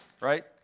right